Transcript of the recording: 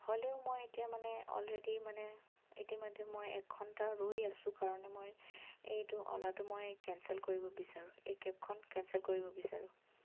হ'লেও মই এতিয়া মানে অলৰেডি মানে ইতিমধ্যে মই এঘন্টা ৰৈ আছো কাৰণে মই এইটো অ'লাটো মই কেনচেল কৰিব বিচাৰোঁ এই কেবখন কেনচেল কৰিব বিচাৰোঁ